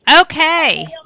Okay